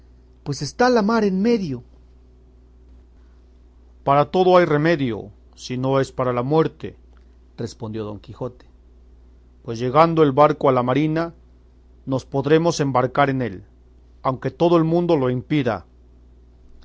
pues está la mar en medio para todo hay remedio si no es para la muerte respondió don quijotepues llegando el barco a la marina nos podremos embarcar en él aunque todo el mundo lo impida